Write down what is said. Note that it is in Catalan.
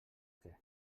què